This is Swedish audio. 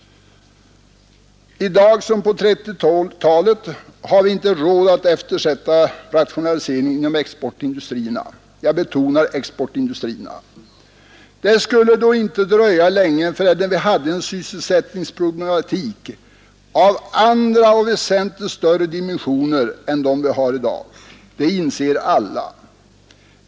I dag — liksom på 1930-talet — har vi inte råd att eftersätta rationaliseringen inom exportindustrierna, jag betonar exportindustrier na. Det skulle då inte dröja länge förrän vi hade en sysselsättningsproblematik av andra och väsentligt större dimensioner än den vi har i dag. Det inser alla.